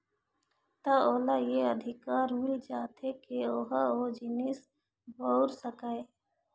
त ओला ये अधिकार मिल जाथे के ओहा ओ जिनिस बउर सकय